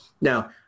Now